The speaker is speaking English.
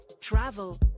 travel